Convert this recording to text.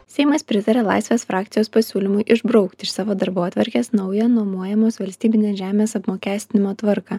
seimas pritarė laisvės frakcijos pasiūlymui išbraukti iš savo darbotvarkės naują nuomojamos valstybinės žemės apmokestinimo tvarką